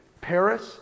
Paris